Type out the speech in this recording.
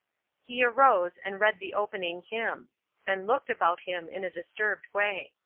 he arose and read the opening hymn then looked about him in a disturbed way.